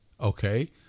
okay